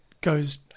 goes